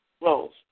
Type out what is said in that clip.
roles